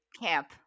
camp